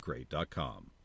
Great.com